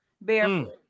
barefoot